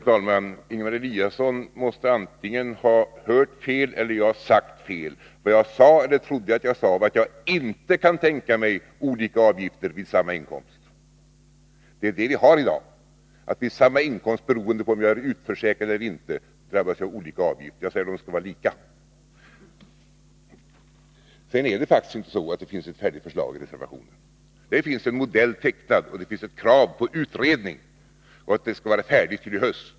Fru talman! Antingen måste Ingemar Eliasson ha hört fel, eller också har jag sagt fel. Vad jag ville säga är att jag inte kan tänka mig olika avgifter vid samma inkomst. Det är det vi har i dag — att man vid samma inkomst drabbas av olika avgifter, beroende på om man är utförsäkrad eller ej. Jag tycker att det skall vara lika. Sedan är det faktiskt inte så att det finns ett färdigt förslag i reservationen. Det finns en modell, det finns krav på utredning och krav på att det hela skall vara färdigt till i höst.